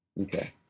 Okay